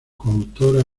coautora